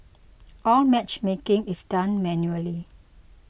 all matchmaking is done manually